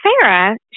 Sarah